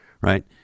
right